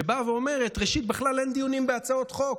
שבא ואומר: ראשית, אין בכלל דיונים בהצעות חוק.